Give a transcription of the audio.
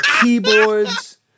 keyboards